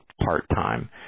part-time